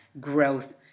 growth